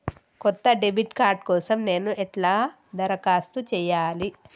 కొత్త debit card కోసం నేను ఎట్లా దరఖాస్తు చేయాలి?